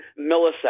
milliseconds